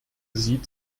sieht